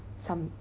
some